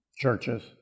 churches